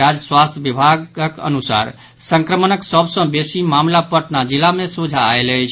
राज्य स्वास्थ्य विभाग अनुसार संक्रमणक सभ सॅ बेसी मामिला पटना जिला मे सोझा आयल अछि